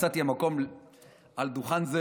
מצאתי לנכון על דוכן זה